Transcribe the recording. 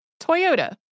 Toyota